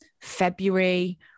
February